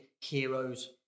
heroes